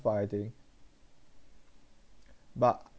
what I think but